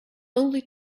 only